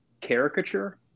caricature